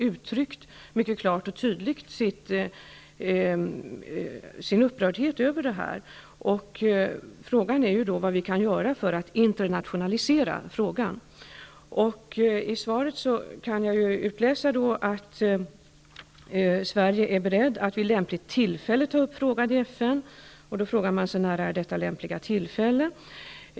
Sverige har mycket klart och tydligt uttryckt sin upprördhet över det här. Vad kan vi då göra för att internationalisera frågan? I svaret kan jag utläsa att Sverige är berett att vid lämpligt tillfälle ta upp frågan i FN, och jag undrar då när det är ett lämpligt tillfälle.